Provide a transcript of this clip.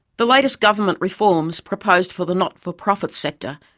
the latest government reforms proposed for the not-for-profit sector,